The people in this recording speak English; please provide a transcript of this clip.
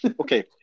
Okay